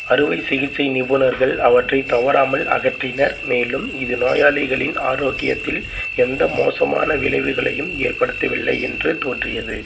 அறுவை சிகிச்சை நிபுணர்கள் அவற்றை தவறாமல் அகற்றினர் மேலும் இது நோயாளிகளின் ஆரோக்கியத்தில் எந்த மோசமான விளைவுகளையும் ஏற்படுத்தவில்லை என்று தோன்றியது